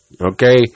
okay